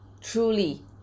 truly